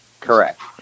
correct